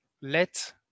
let